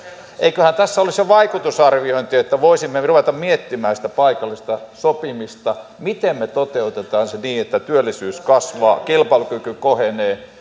eiköhän tässä olisi jo vaikutusarviointia että voisimme ruveta miettimään sitä paikallista sopimista miten me toteutamme sen niin että työllisyys kasvaa kilpailukyky kohenee